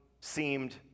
seemed